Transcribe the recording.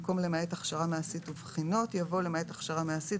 במקום "למעט הכשרה מעשית ובחינות" יבוא "למעט הכשרה מעשית,